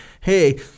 hey